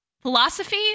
philosophy